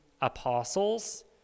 apostles